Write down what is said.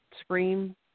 scream